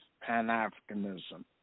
Pan-Africanism